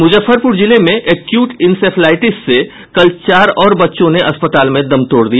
मुजफ्फरपुर जिले में acute encephalitis से कल चार और बच्चों ने अस्पताल में दम तोड़ दिया